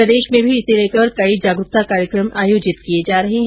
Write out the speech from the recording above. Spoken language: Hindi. प्रदेश में भी इसे लेकर कई जागरूकता कार्यक्रम आयोजित किए जा रहे है